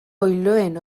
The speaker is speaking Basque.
oiloen